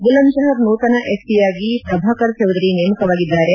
ಬುಲಂದ್ ಶಹರ್ ನೂತನ ಎಸ್ಪಿ ಯಾಗಿ ಪ್ರಭಾಕರ್ ಚೌಧರಿ ನೇಮಕವಾಗಿದ್ದಾರೆ